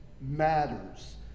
matters